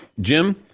Jim